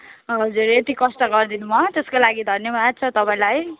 हजुर यति कष्ट गरिदिनु भयो त्यसको लागि धन्यवाद छ तपाईँलाई